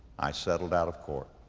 i settled out of court.